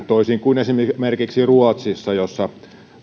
toisin kuin esimerkiksi ruotsissa jossa